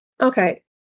Okay